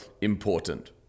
important